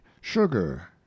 sugar